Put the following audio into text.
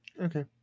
Okay